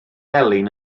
elin